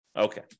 Okay